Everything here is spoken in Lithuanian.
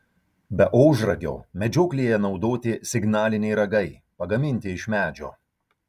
be ožragio medžioklėje naudoti signaliniai ragai pagaminti iš medžio